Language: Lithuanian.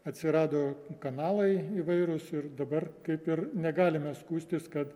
atsirado kanalai įvairūs ir dabar kaip ir negalime skųstis kad